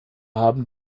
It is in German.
haben